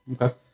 Okay